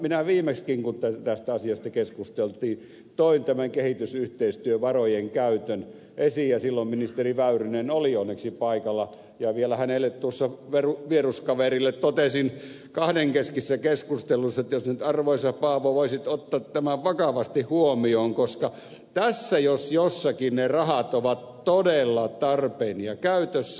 minä viimeksikin kun tästä asiasta keskusteltiin toin tämän kehitysyhteistyövarojen käytön esiin ja silloin ministeri väyrynen oli onneksi paikalla ja vielä hänelle vieruskaverille tuossa totesin kahdenkeskisessä keskustelussa että nyt arvoisa paavo voisit ottaa tämän vakavasti huomioon koska tässä jos jossakin ne rahat ovat todella tarpeen ja käytössä